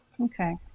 Okay